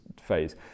phase